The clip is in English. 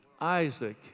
Isaac